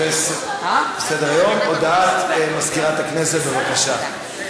הודעת מזכירת הכנסת, בבקשה.